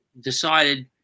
decided